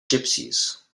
gypsies